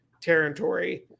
territory